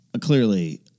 clearly